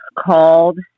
called